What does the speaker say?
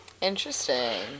Interesting